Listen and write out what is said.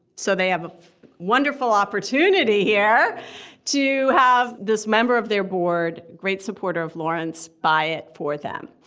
so they have a wonderful opportunity here to have this member of their board, great supporter of lawrence, buy it for them.